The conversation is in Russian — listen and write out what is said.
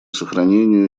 сохранению